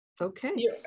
Okay